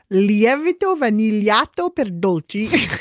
lievito vanigliato per dolci